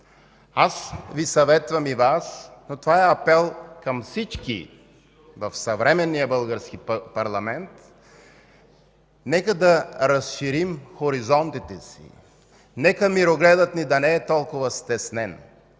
човек. Съветвам и Вас, но това е апел и към всички в съвременния български парламент – нека да разширим хоризонтите си, нека мирогледът ни да не е толкова стеснен.